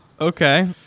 Okay